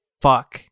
fuck